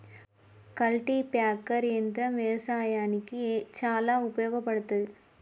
cultipacker యంత్రం వ్యవసాయానికి చాలా ఉపయోగపడ్తది